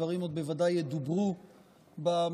הדברים עוד בוודאי ידוברו במליאה,